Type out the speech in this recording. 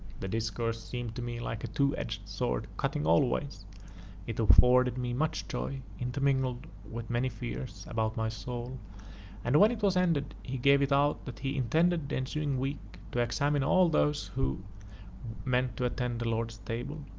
the discourse seemed to me like a two-edged sword cutting all ways it afforded me much joy, intermingled with many fears, about my soul and when it was ended, he gave it out that he intended, the ensuing week, to examine all those who meant to attend the lord's table.